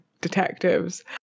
detectives